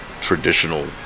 traditional